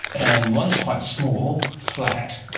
and one is quite small, flat,